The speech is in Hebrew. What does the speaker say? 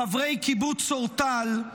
חברי קיבוץ אורטל,